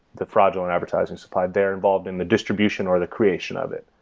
the fraudulent advertising supply. they're involved in the distribution, or the creation of it.